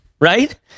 Right